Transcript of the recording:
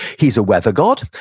he's a weather god.